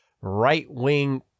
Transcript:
right-wing